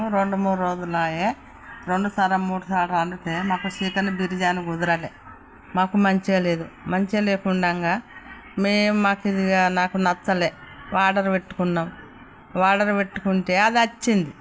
రెండు మూడు రోజులైంది రెండుసార్లు మూడుసార్లు వండితే మాకు చికెన్ బిర్యానీ కుదరలేదు మాకు మంచిగా లేదు మంచిగా లేకుండగా మేం మాకిది నాకు నచ్చలేదు ఆర్డర్ పెట్టుకున్నాం ఆర్డర్ పెట్టుకుంటే అది వచ్చింది